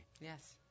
Yes